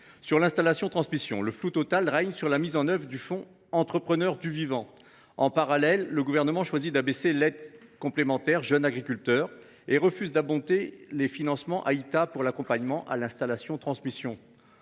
de l’installation transmission, le flou total règne sur la mise en œuvre du fonds Entrepreneurs du vivant. En parallèle, le Gouvernement choisit d’abaisser l’aide complémentaire au revenu pour les jeunes agriculteurs et refuse d’abonder les financements du programme d’accompagnement à l’installation transmission